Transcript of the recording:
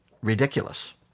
ridiculous